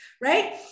right